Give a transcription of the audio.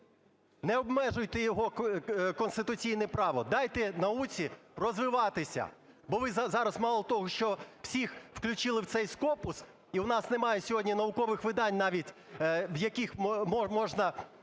не обмежуйте його конституційне право, дайте науці розвиватися. Бо ви зараз мало того, що всіх включили в цей Scopus, і у нас немає сьогодні наукових видань навіть, в яких можна